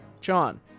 John